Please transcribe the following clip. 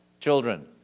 Children